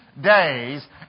days